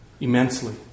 immensely